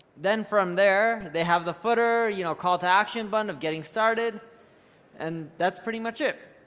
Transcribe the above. then from there, they have the footer, you know call-to-action button of getting started and that's pretty much it.